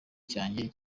cyanjye